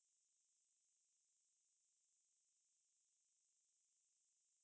so they train us to do all this math also lah ya